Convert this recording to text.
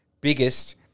biggest